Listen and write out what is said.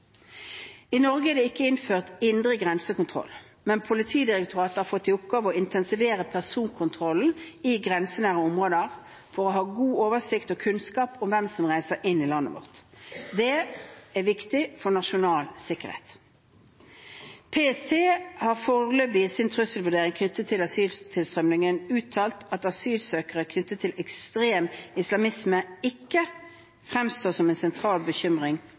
I Norge er det ikke innført indre grensekontroll, men Politidirektoratet har fått i oppgave å intensivere personkontrollen i grensenære områder for å ha god oversikt og kunnskap om hvem som reiser inn i landet vårt. Det er viktig for nasjonal sikkerhet. PST har foreløpig i sin trusselvurdering knyttet til asyltilstrømningen uttalt at asylsøkere knyttet til ekstrem islamisme ikke fremstår som en sentral bekymring